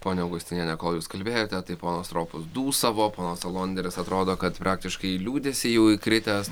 ponia augustiniene kol jūs kalbėjote tai ponas stropus dūsavo ponas alonderis atrodo kad praktiškai į liūdesį jau įkritęs